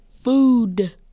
food